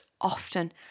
often